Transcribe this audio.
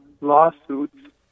lawsuits